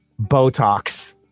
Botox